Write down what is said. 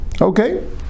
Okay